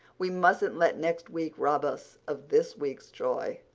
we mustn't let next week rob us of this week's joy.